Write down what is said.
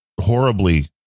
horribly